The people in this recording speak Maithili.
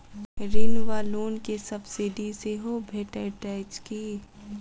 ऋण वा लोन केँ सब्सिडी सेहो भेटइत अछि की?